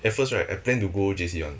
at first right I plan to go J_C [one]